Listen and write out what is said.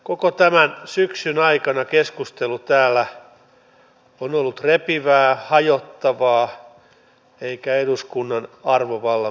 koko tämän syksyn aikana keskustelu täällä on ollut repivää hajottavaa eikä eduskunnan arvovallan mukaista